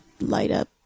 light-up